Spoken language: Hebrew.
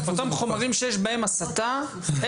אותם ספרי לימוד עם תכני הסתה,